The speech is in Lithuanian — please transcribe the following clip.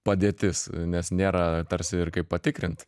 padėtis nes nėra tarsi ir kaip patikrint